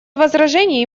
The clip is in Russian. возражений